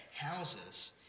houses